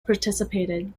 participated